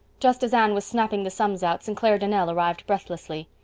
just as anne was snapping the sums out st. clair donnell arrived breathlessly.